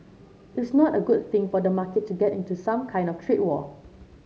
it's not a good thing for the market to get into some kind of trade war